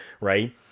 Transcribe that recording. right